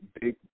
big